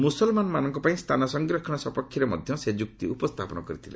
ମୁସଲମାନ୍ମାନଙ୍କ ପାଇଁ ସ୍ଥାନ ସଂରକ୍ଷଣ ସପକ୍ଷରେ ମଧ୍ୟ ସେ ଯୁକ୍ତି ଉପସ୍ଥାପନ କରିଥିଲେ